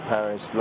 Paris